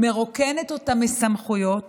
מרוקנת אותה מסמכויות